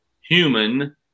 human